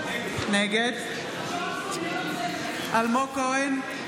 נגד אלמוג כהן,